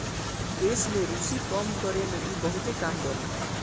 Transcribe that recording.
केश में रुसी कम करे में इ बहुते काम देला